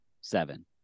seven